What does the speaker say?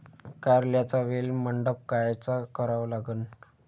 कारल्याचा वेल मंडप कायचा करावा लागन?